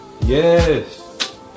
Yes